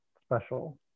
special